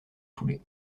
foulée